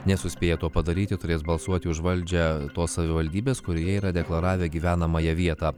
nesuspėję to padaryti turės balsuoti už valdžią tos savivaldybės kurioje yra deklaravę gyvenamąją vietą